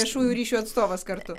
viešųjų ryšių atstovas kartu